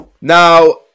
now